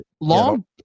long